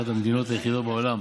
שהיא אחת המדינות היחידות בעולם.